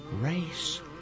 Race